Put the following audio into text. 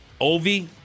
Ovi